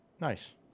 Nice